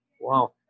Wow